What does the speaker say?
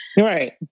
right